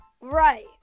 Right